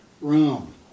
room